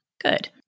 Good